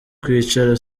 kwicara